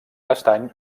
castany